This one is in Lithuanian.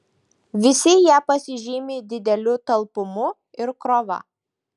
visi jie pasižymi dideliu talpumu ir krova